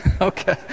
Okay